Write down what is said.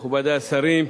אנחנו רק מבקשים,